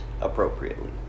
appropriately